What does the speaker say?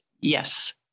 Yes